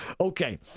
Okay